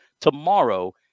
tomorrow